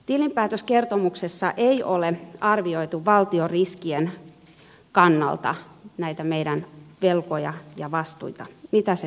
tilinpäätöskertomuksessa ei ole arvioitu valtion riskien kannalta näitä meidän velkojamme ja vastuitamme mitä se tarkoittaisi